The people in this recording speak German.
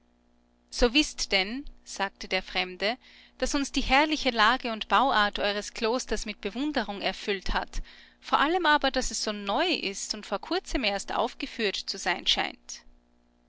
so wißt denn sagte der fremde daß uns die herrliche lage und bauart eures klosters mit bewunderung erfüllt hat vor allem aber daß es so neu ist und vor kurzem erst aufgeführt zu sein scheint